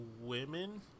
women